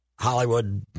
Hollywood